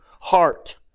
Heart